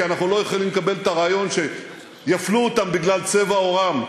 כי אנחנו לא יכולים לקבל את הרעיון שיפלו אותם בגלל צבע עורם.